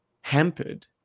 hampered